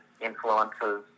influences